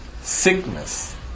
sickness